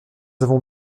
avons